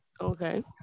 Okay